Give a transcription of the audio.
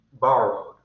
borrowed